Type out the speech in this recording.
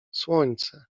słońce